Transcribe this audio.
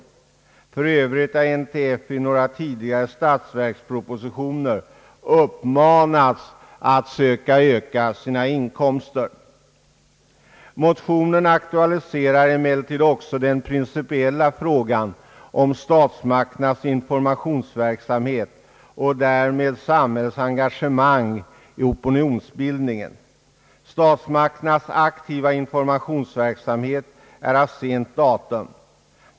För övrigt har NTF i några tidigare statsverkspropositioner uppmanats att söka öka sina inkomster. Motionen << aktualiserar <:emellertid också den principiella frågan om statsmakternas informationsverksamhet och därmed samhällets engagemang i opinionsbildningen. Statsmakternas aktiva informationsverksamhet är av sent datum.